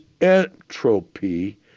entropy